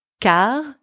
Car